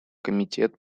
комитет